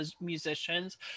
musicians